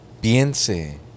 Piense